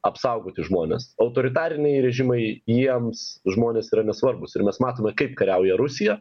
apsaugoti žmones autoritariniai režimai jiems žmonės yra nesvarbūs ir mes matome kaip kariauja rusija